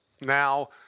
Now